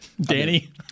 Danny